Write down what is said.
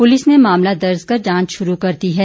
police ने मामला दर्ज कर जांच शुरू कर दी है